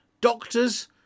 doctors